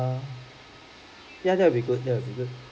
err ya that will be good that will be good